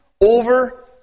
over